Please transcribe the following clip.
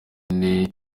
ine